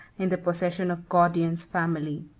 in the possession of gordian's family.